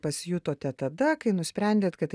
pasijutote tada kai nusprendėt kad